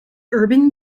urban